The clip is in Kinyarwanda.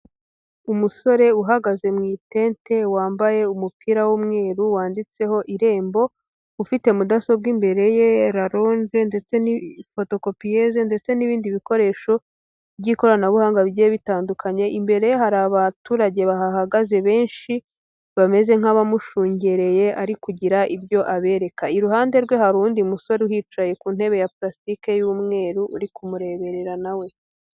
Umusore uhagaze mu itente wambaye umupira w'umweru wanditseho irembo, ufite mudasobwa imbere ye lalonje ndetse n'ifotokopiyeze ndetse n'ibindi bikoresho by'ikoranabuhanga bigiye bitandukanye, imbere ye hari abaturage bahagaze benshi bameze nk'abamushungereye, ari kugira ibyo abereka iruhande rwe hari undi musore yicaye ku ntebe ya plastike y'umweru uri ku mureberera nawe.